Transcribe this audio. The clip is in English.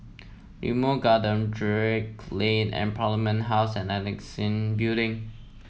Limau Garden Drake Lane and Parliament House and Annexe Building